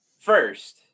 first